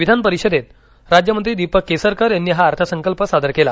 विधानपरिषदेत राज्यमंत्री दीपक केसरकर यांनी हा अर्थसंकल्प सादर केला